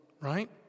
right